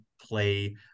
play